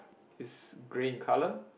is grey in colour